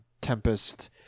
Tempest